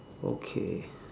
okay